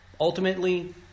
Ultimately